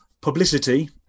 Publicity